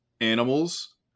animals